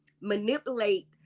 manipulate